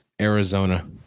Arizona